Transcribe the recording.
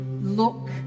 Look